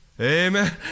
amen